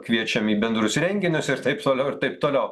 kviečiam į bendrus renginius ir taip toliau ir taip toliau